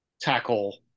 tackle